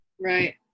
right